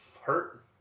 Hurt